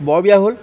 বৰ বিয়া হ'ল